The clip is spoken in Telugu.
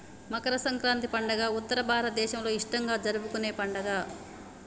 మకర సంక్రాతి పండుగ ఉత్తర భారతదేసంలో ఇష్టంగా జరుపుకునే పండుగ